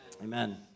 Amen